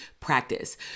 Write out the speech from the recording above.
practice